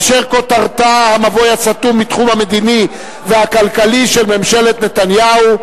אשר כותרתה: המבוי הסתום בתחום המדיני והכלכלי של ממשלת נתניהו,